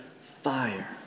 fire